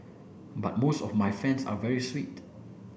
but most of my fans are very sweet